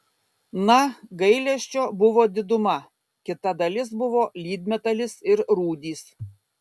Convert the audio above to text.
na gailesčio buvo diduma kita dalis buvo lydmetalis ir rūdys